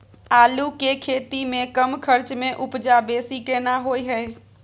आलू के खेती में कम खर्च में उपजा बेसी केना होय है?